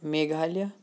Meghalaya